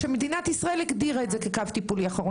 כשמדינת ישראל הגדירה את זה כקו טיפולי אחרון.